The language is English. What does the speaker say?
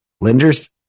Lenders